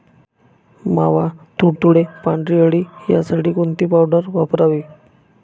मावा, तुडतुडे, पांढरी अळी यासाठी कोणती पावडर वापरावी?